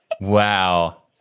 Wow